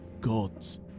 gods